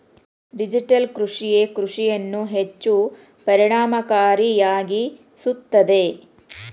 digital ಕೃಷಿಯೇ ಕೃಷಿಯನ್ನು ಹೆಚ್ಚು ಪರಿಣಾಮಕಾರಿಯಾಗಿಸುತ್ತದೆ